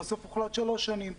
ובסוף הוחלט על שלוש שנים.